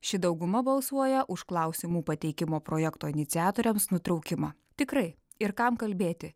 ši dauguma balsuoja už klausimų pateikimo projekto iniciatoriams nutraukimą tikrai ir kam kalbėti